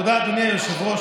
תודה, אדוני היושב-ראש.